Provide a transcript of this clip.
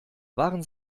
waren